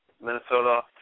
Minnesota